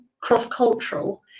cross-cultural